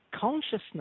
consciousness